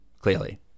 clearly